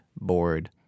bored